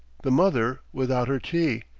the mother without her tea,